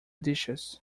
dishes